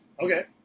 Okay